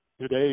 today